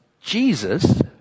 Jesus